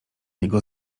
jego